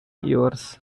yours